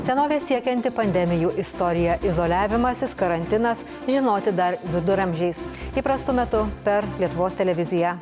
senovę siekianti pandemijų istorija izoliavimasis karantinas žinoti dar viduramžiais įprastu metu per lietuvos televiziją